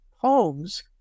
poems